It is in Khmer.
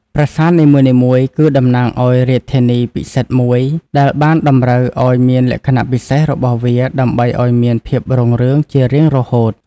ប្រាសាទនីមួយៗគឺតំណាងឲ្យរាជធានីពិសិដ្ឋមួយដែលបានតម្រូវឲ្យមានលក្ខណៈពិសេសរបស់វាដើម្បីឲ្យមានភាពរុងរឿងជារៀងរហូត។